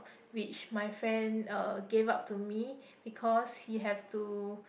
which my friend uh gave up to me because he have to